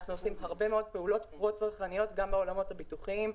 אנחנו עושים הרבה מאוד פעולות פרו-צרכניות גם בעולמות הביטוחיים,